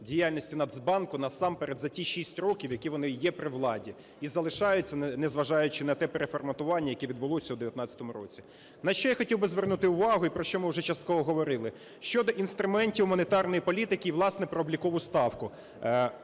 діяльності Нацбанку насамперед за ті 6 років, які вони є при владі, і залишаються, незважаючи на те переформатування, яке відбулося в 2019 році. На що я хотів би звернути увагу і про що ми вже частково говорили. Щодо інструментів монетарної політики і, власне, про облікову ставку.